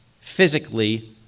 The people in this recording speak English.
physically